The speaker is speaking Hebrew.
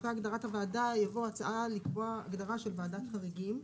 אחרי הגדרת "הוועדה" תבוא הצעה לקבוע הגדרה של ועדת חריגים.